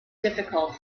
difficult